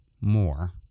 more